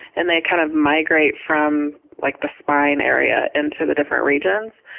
and they kind of migrate from like the spine area into the different regions.